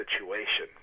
situation